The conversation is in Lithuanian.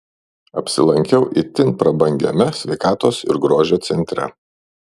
apsilankiau itin prabangiame sveikatos ir grožio centre